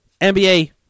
NBA